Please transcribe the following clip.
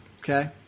Okay